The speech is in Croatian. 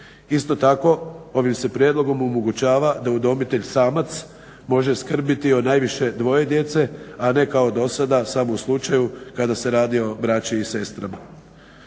Isto tako ovim se prijedlogom omogućava da udomitelj samac može skrbiti o najviše dvoje djece, a ne kao do sada samo u slučaju kada se radi o braći i sestrama.